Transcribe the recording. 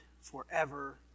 forever